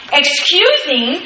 excusing